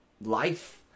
life